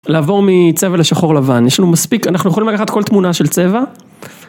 לעבור מצבע לשחור לבן, יש לנו מספיק, אנחנו יכולים לקחת כל תמונה של צבע.